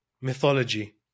mythology